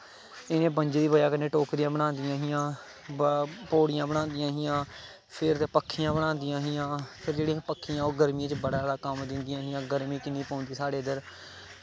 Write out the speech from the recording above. इ'नें बंजें दी बज़ाह् कन्नै टोकरियां बनांदियां हां पोड़ियां बनांदियां हां फिर पक्खियां बनांदियां हां फिर पक्खियां जेह्ड़ियां गर्मियें च बड़ा कम्म दिंदियां हां गर्मी किन्नी पौंदी साढ़े इद्धर